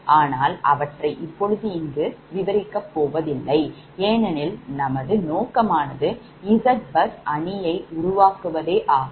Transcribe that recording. ஆனால் அவற்றை இப்பொழுது இங்கு விவரிக்கப் போவதில்லை ஏனெனில் நமது நோக்கமானது Zbus அணியை உருவாக்குவதாகும்